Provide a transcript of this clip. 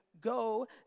go